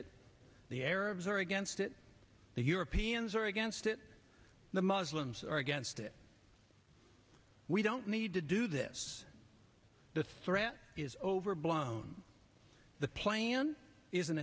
it the arabs are against it the europeans are against it the muslims are against it we don't need to do this the threat is overblown the plan is